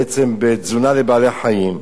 בעצם, בתזונה לבעלי-חיים,